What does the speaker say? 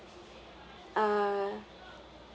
uh